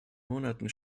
monaten